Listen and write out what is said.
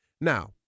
Now